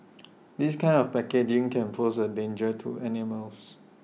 this kind of packaging can pose A danger to animals